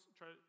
Try